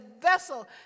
vessel